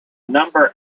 number